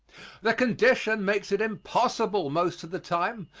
the condition makes it impossible most of the time,